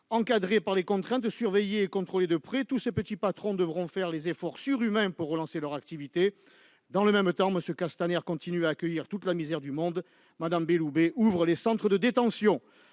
Encadrés par les contraintes, surveillés et contrôlés de près, tous ces petits patrons devront faire des efforts surhumains pour relancer leur activité. Dans le même temps, M. Castaner continue à accueillir toute la misère du monde et Mme Belloubet ouvre les centres de détention.